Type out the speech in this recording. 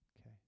Okay